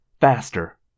faster